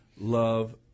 love